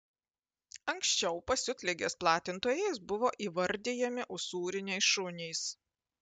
anksčiau pasiutligės platintojais buvo įvardijami usūriniai šunys